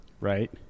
right